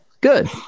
Good